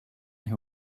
who